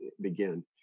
begin